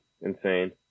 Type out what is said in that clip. insane